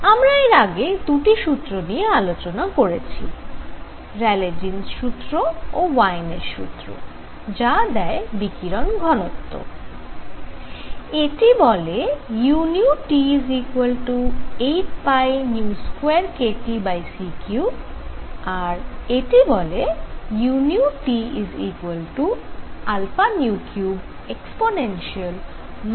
আমরা এর আগে দুটি সূত্র নিয়ে আলোচনা করেছি র্যালে জীন্স সূত্র Rayleigh Jean's formula ও ওয়েইনের সূত্র Wien's formula যা দেয় বিকিরণ ঘনত্ব এটি বলে u 8π2kTc3 আর এটি বলে u α3e βνkT